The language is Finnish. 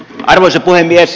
arvoisa puhemies